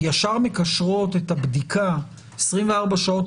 ישר מקשרות את הבדיקה 24 שעות,